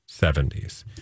70s